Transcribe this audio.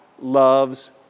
loves